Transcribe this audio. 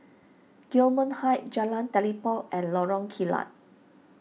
Gillman Heights Jalan Telipok and Lorong Kilat